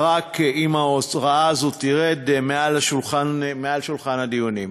רק אם ההוראה הזאת תורד משולחן הדיונים.